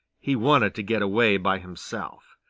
he wanted to get away by himself.